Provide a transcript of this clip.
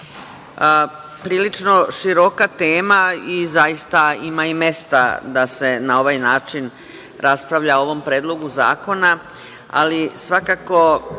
Prilično široka tema i zaista ima i mesta da se na ovaj način raspravlja o ovom predlogu zakona, ali svakako